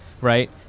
right